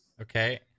Okay